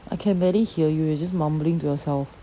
I can barely hear you you are just mumbling to yourself